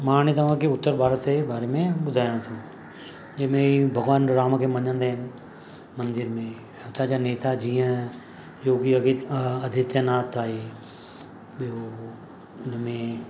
मां हाणे तव्हांखे उत्तर भारत जे बारे में ॿुधाया थो जंहिं में ई भॻवान राम खे मञींदा आहिनि मंदर में हुतां जा नेता जीअं योगी अदि आदित्यनाथ आहे ॿियों हिन में